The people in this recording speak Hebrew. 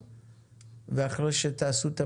אה, זה אחד של